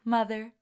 Mother